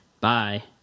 Bye